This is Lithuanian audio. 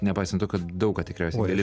nepaisant to kad daug ką tikriausiai gali